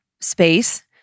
space